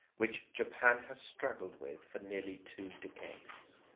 which japan has struggled with for nearly two decades,